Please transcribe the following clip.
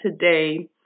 today